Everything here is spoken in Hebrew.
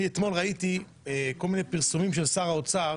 אתמול ראיתי כל מיני פרסומים של שר האוצר